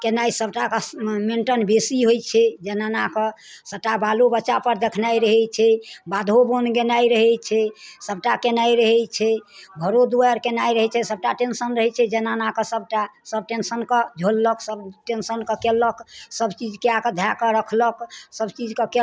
केनाइ सभटाके मेन्टन बेसी होइ छै जनानाके सभटा बालो बच्चापर देखनाइ रहै छै बाधो वन गेनाइ रहै छै सभटा केनाइ रहै छै घरो दुआरि केनाइ रहै छै सभटा टेंशन रहै छै जनानाके सभटा सभ टेंशनके झेललक सभ टेंशनके कयलक सभचीज कए कऽ धए कऽ रखलक सभचीजके कए